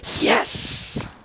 yes